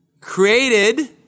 Created